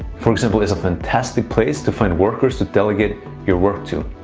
for example, is a fantastic place to find workers to delegate your work to.